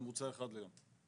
בממוצע יש אחד ל-1,000.